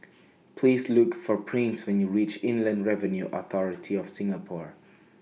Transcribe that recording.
Please Look For Prince when YOU REACH Inland Revenue Authority of Singapore